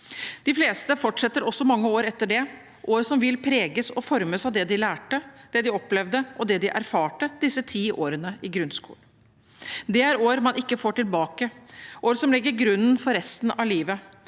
De fleste fortsetter også mange år etter det. Det er år som vil preges og formes av det de lærte, det de opplevde, og det de erfarte disse ti årene i grunnskolen. Det er år man ikke får tilbake, år som legger grunnlaget for resten av livet